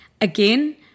again